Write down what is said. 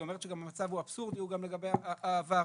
היא אומרת שגם המצב הוא אבסורדי לגבי העבר,